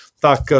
tak